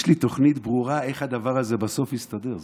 יש לי תוכנית ברורה איך הדבר הזה בסוף יסתדר.